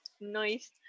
nice